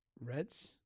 Reds